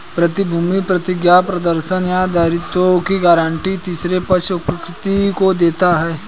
प्रतिभूति प्रतिज्ञापत्र प्रदर्शन या दायित्वों की गारंटी तीसरे पक्ष उपकृत को देता है